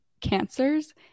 cancers